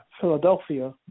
Philadelphia